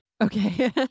Okay